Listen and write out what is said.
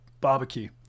barbecue